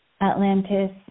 atlantis